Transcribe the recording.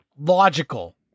logical